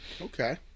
Okay